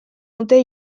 dute